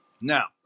Now